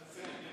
נכון?